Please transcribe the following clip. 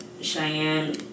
Cheyenne